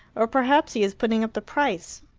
or perhaps he is putting up the price.